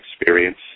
experience